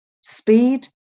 speed